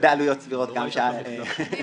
ובעלויות סבירות של אפל.